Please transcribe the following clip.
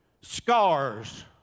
scars